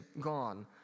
gone